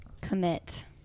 Commit